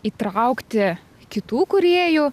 įtraukti kitų kūrėjų